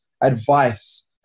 advice